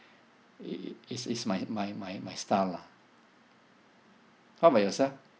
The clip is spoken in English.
it it's it's my my my my style lah how about yourself